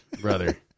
brother